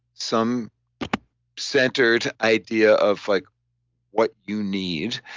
some centered idea of like what you need